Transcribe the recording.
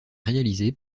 réalisé